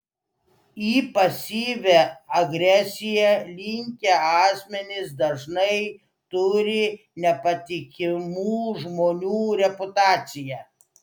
į pasyvią agresiją linkę asmenys dažnai turi nepatikimų žmonių reputaciją